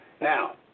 Now